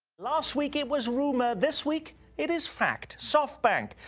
last week it was rumor, this week it is fact. softbank,